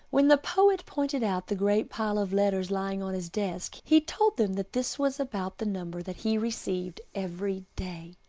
when the poet pointed out the great pile of letters lying on his desk, he told them that this was about the number that he received every day.